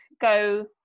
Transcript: go